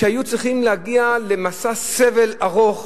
שהיו צריכים להגיע למסע סבל ארוך,